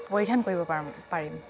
পৰিধান কৰিব পাৰোঁ পাৰিম